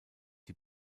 die